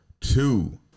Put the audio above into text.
two